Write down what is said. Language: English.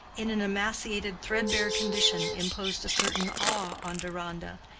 in an emaciated threadbare condition, imposed a certain awe on deronda,